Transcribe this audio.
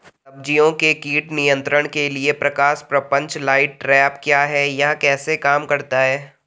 सब्जियों के कीट नियंत्रण के लिए प्रकाश प्रपंच लाइट ट्रैप क्या है यह कैसे काम करता है?